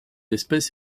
espèce